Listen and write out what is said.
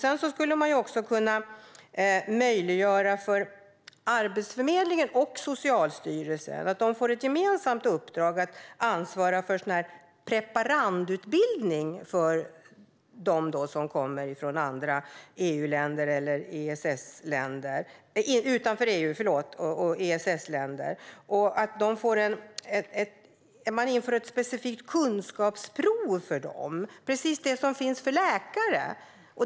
Man skulle också kunna möjliggöra för Arbetsförmedlingen och Socialstyrelsen att få ett gemensamt uppdrag att ansvara för preparandutbildning för dem som kommer från länder utanför EU eller EES-länder. Ett specifikt kunskapsprov skulle kunna införas för dem, precis som de som finns för läkare.